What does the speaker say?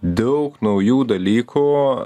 daug naujų dalykų